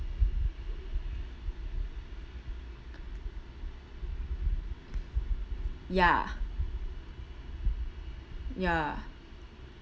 ya ya